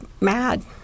mad